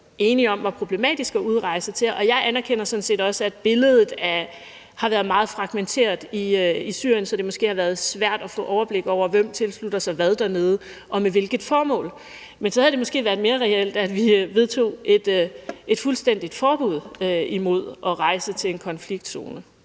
enige om var problematisk at udrejse til. Jeg anerkender sådan set også, at billedet har været meget fragmenteret i Syrien, så det måske har været svært at få overblik over, hvem der tilslutter sig hvad dernede og med hvilket formål. Men så havde det måske været mere reelt, at vi vedtog et fuldstændigt forbud mod at rejse til en konfliktzone.